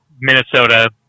Minnesota